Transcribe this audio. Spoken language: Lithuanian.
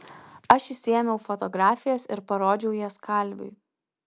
aš išsiėmiau fotografijas ir parodžiau jas kalviui